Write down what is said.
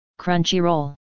Crunchyroll